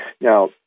Now